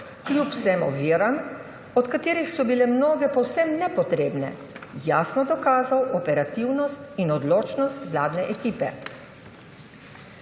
kljub vsem oviram, od katerih so bile mnoge povsem nepotrebne, jasno dokazal operativnost in odločnost vladne ekipe.